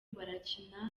barakira